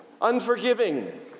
unforgiving